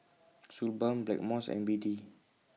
Suu Balm Blackmores and B D